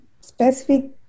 specific